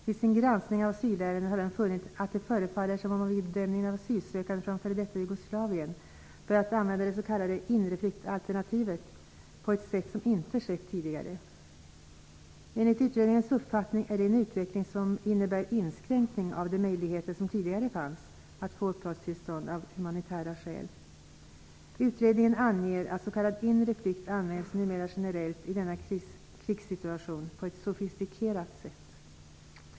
Vid sin granskning av asylärenden har den funnit att det förefaller som om man vid bedömningen av asylsökande från f.d. Jugoslavien börjat använda det s.k. inre-flykt-alternativet på ett sätt som inte skett tidigare. Enligt utredningens uppfattning är det en utveckling som innebär inskränkning av de möjligheter som tidigare fanns, att få uppehållstillstånd av humanitära skäl. Utredningen anger att s.k. inre flykt numera används generellt i denna krigssituation på ett sofistikerat sätt.